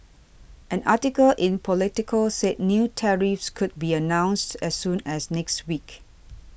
an article in Politico said new tariffs could be announced as soon as next week